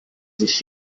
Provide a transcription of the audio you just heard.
sich